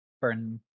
burn